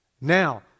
Now